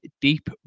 deep